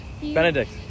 Benedict